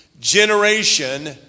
generation